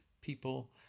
people